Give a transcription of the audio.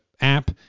app